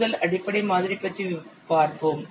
முதல் அடிப்படை மாதிரியைப் பற்றி பார்ப்போம்